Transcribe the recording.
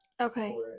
Okay